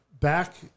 back